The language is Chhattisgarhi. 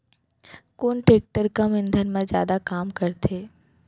कोन टेकटर कम ईंधन मा जादा काम करथे?